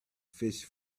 fish